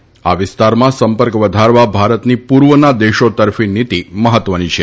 આ વિસ્તારમાં સંપર્ક વધારવા ભારતની પૂર્વના દેશો તરફી નીતિ મહત્વની છે